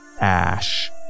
ash